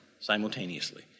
simultaneously